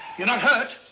you're not hurt.